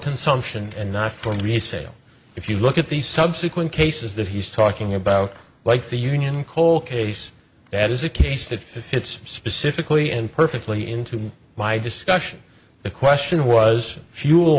consumption and not for resale if you look at the subsequent cases that he's talking about like the union coal case that is a case that fits specifically and perfectly into my discussion the question was fuel